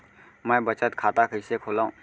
मै बचत खाता कईसे खोलव?